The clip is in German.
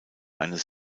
eines